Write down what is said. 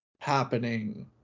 happening